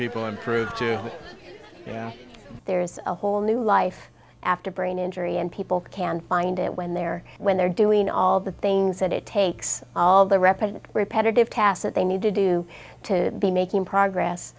people improve to yeah there's a whole new life after brain injury and people can find it when they're when they're doing all the things that it takes all the rep and repetitive tasks that they need to do to be making progress